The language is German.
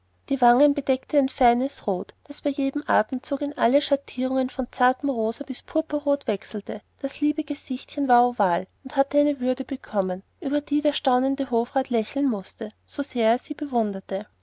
die wangen bedeckte ein feines rot das bei jedem atemzug in alle schattierungen von zartem rosa bis ins purpurrot wechselte das liebe gesichtchen war oval und hatte eine würde bekommen über die der staunende hofrat lächeln mußte so sehr er sie bewunderte